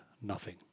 nothing